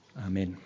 Amen